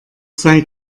sei